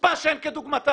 חוצפה שאין כדוגמתה.